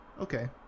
Okay